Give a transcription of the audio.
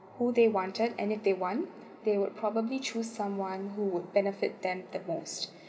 who they wanted and if they want they would probably choose someone who would benefit them the most